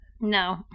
No